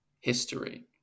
history